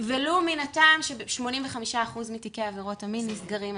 ולו מן הטעם ש-85% מתיקי עבירות המין נסגרים.